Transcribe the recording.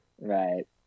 right